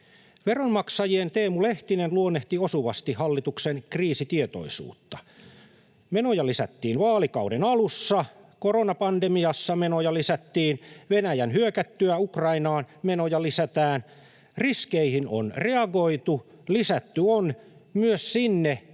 Veronmaksajien Teemu Lehtinen luonnehti osuvasti hallituksen kriisitietoisuutta. Menoja lisättiin vaalikauden alussa, koronapandemiassa menoja lisättiin, Venäjän hyökättyä Ukrainaan menoja lisätään. Riskeihin on reagoitu, lisätty on — myös sinne,